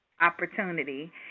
opportunity